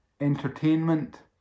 entertainment